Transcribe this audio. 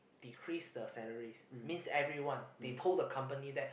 decrease the salaries means everyone they told the company that